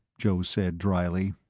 joe said dryly.